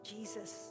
Jesus